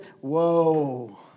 whoa